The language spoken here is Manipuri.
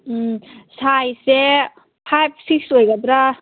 ꯎꯝ ꯁꯥꯏꯖꯁꯦ ꯐꯥꯏꯚ ꯁꯤꯛꯁ ꯑꯣꯏꯒꯗ꯭ꯔꯥ